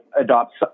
adopts